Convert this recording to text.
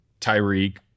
Tyreek